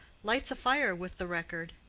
lights a fire with the record,